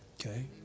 Okay